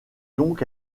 donc